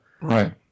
Right